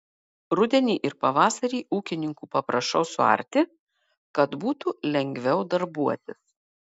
rudenį ir pavasarį ūkininkų paprašau suarti kad būtų lengviau darbuotis